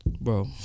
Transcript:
Bro